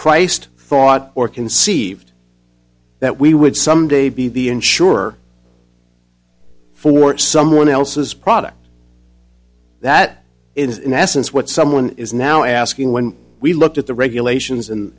preist thought or conceived that we would someday be the insurer for someone else's product that is in essence what someone is now asking when we looked at the regulations and